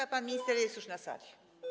A pan minister jest już na sali.